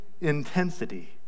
intensity